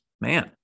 Man